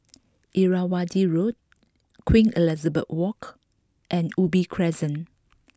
Irrawaddy Road Queen Elizabeth Walk and Ubi Crescent